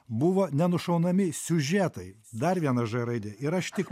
buvo nenušaunami siužetai dar viena ž raidė ir aš tik